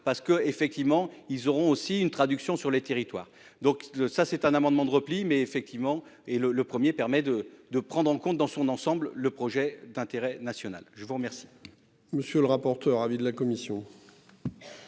parce que effectivement ils auront aussi une traduction sur les territoires. Donc ça c'est un amendement de repli mais effectivement et le, le premier permet de de prendre en compte dans son ensemble le projet d'intérêt national, je vous remercie. Monsieur le rapporteur. Avis de la commission.